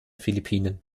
philippinen